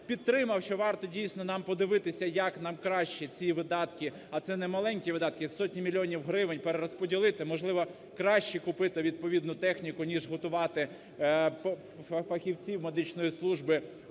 підтримав, що варто дійсно нам подивитися, як нам краще ці видатки, а це не маленькі видатки, сотні мільйонів гривень перерозподілити, можливо кращу купити відповідну техніку ніж готувати фахівців медичної служби